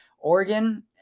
Oregon